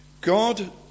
God